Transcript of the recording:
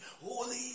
holy